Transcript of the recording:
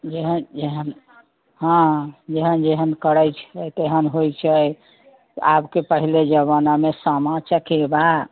जेहन जेहन हँ जेहन जेहन करैत छै तेहन होइत छै आबके पहिले जमानामे सामा चकेवा